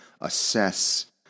assess